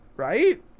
right